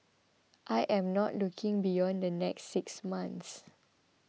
I am not looking beyond the next six months